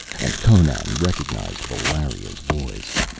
and conan recognized valeria's voice.